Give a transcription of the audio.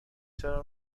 سال